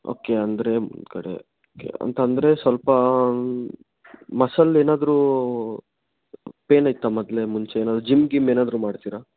okay ಅಂದರೆ ನಿಮ್ಮ ಕಡೆ ಅಂತ ಅಂದ್ರೆ ಸ್ವಲ್ಪ ಮಸಾಲ ಏನಾದರೂ ಪೈನ್ ಇತ್ತ ಮೊದಲೇ ಮುಂಚೆ ಜಿಮ್ ಗಿಮ್ ಏನಾದರೂ ಮಾಡ್ತೀರಾ